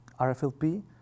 RFLP